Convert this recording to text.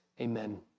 Amen